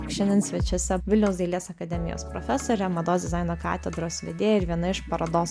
šiandien svečiuose vilniaus dailės akademijos profesorė mados dizaino katedros vedėja ir viena iš parodos